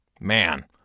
Man